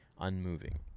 unmoving